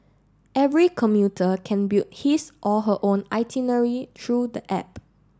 every commuter can build his or her own itinerary through the app